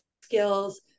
skills